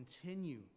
continue